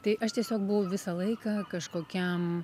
tai aš tiesiog buvau visą laiką kažkokiam